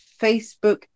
Facebook